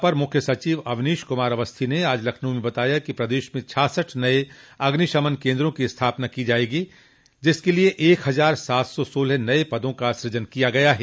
अपर मुख्य सचिव गृह अवनीश कुमार अवस्थी ने आज लखनऊ में बताया कि प्रदेश में छाछठ नये अग्निशमन केन्द्रों की स्थापना की जायेगी जिसके लिये एक हजार सात सौ सोलह नये पदों का सूजन किया गया है